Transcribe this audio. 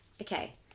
Okay